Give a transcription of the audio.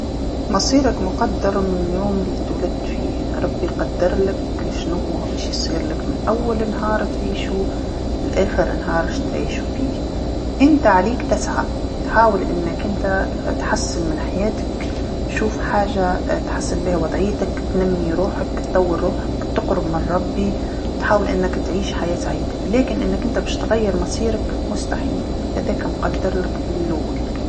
مصيرك مقدر من اليوم اللي تولدت فيه، ربي قدرلك شنوا باش يصيرلك من أول نهار تعيشو لآخر نهار تعيشو فيه، أنت عليك تسعى تحاول أنك تحسن من حياتك، شوف حاجه تحسن بيها وضعيتك، تنمي روحك، تطور روحك، تقرب من ربي، تحاول أنك تعيش حياة سعيده، لكن أنك أنت باش تغير مصيرك مستحيل، هذاكا مقدرلك من اللول.